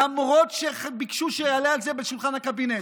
למרות שביקשו שיעלו את זה בשולחן הקבינט.